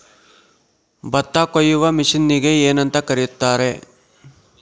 ಭತ್ತ ಕೊಯ್ಯುವ ಮಿಷನ್ನಿಗೆ ಏನಂತ ಕರೆಯುತ್ತಾರೆ?